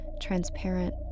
transparent